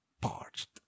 parched